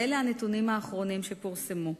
ואלה הנתונים האחרונים שפורסמו.